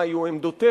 מה היו עמדותיה,